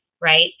Right